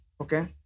Okay